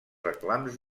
reclams